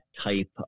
type